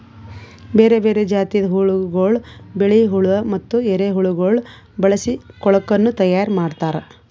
ಬೇರೆ ಬೇರೆ ಜಾತಿದ್ ಹುಳಗೊಳ್, ಬಿಳಿ ಹುಳ ಮತ್ತ ಎರೆಹುಳಗೊಳ್ ಬಳಸಿ ಕೊಳುಕನ್ನ ತೈಯಾರ್ ಮಾಡ್ತಾರ್